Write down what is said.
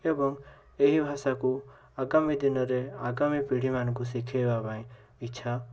ଏବଂ ଏହି ଭାଷାକୁ ଆଗାମୀ ଦିନରେ ଆଗାମୀ ପିଢ଼ିମାନଙ୍କୁ ଶିଖେଇବା ପାଇଁ ଇଚ୍ଛାକରେ